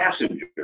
passenger